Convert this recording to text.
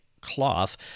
cloth